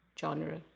genre